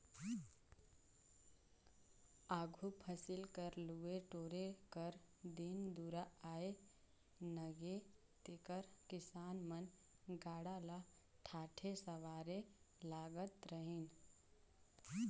आघु फसिल कर लुए टोरे कर दिन दुरा आए नगे तेकर किसान मन गाड़ा ल ठाठे सवारे लगत रहिन